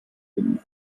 finden